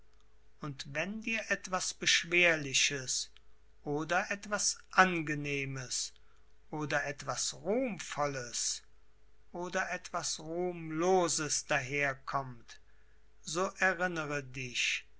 und wenn dir etwas beschwerliches oder etwas angenehmes oder etwas ruhmvolles oder etwas ruhmloses daherkommt so erinnere dich